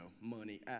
money